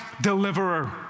deliverer